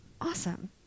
Awesome